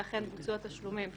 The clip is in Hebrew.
שאכן בוצעו התשלומים.